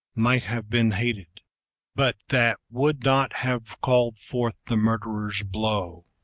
might have been hated but that would not have called forth the murderer's blow.